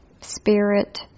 spirit